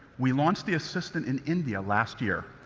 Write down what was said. we launched the assistant in india last year,